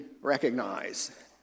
recognize